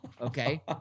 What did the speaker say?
Okay